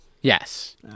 Yes